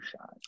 shot